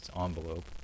envelope